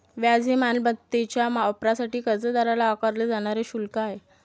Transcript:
व्याज हे मालमत्तेच्या वापरासाठी कर्जदाराला आकारले जाणारे शुल्क आहे